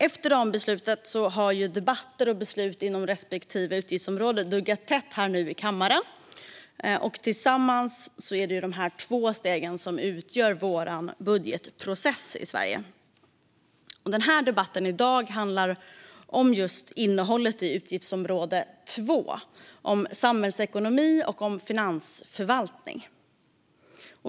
Efter rambeslutet har debatter och beslut inom respektive utgiftsområde duggat tätt här i kammaren. Det är dessa två steg som tillsammans utgör vår budgetprocess i Sverige. Debatten i dag handlar om just innehållet i utgiftsområde 2 Samhällsekonomi och finansförvaltning.